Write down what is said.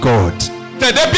God